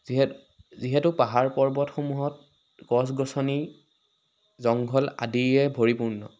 যিহেত যিহেতু পাহাৰ পৰ্বতসমূহত গছ গছনি জংঘল আদিয়ে পৰিপূৰ্ণ